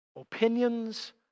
opinions